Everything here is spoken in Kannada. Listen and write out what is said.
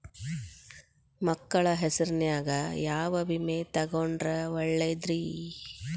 ಮಕ್ಕಳ ಹೆಸರಿನ್ಯಾಗ ಯಾವ ವಿಮೆ ತೊಗೊಂಡ್ರ ಒಳ್ಳೆದ್ರಿ?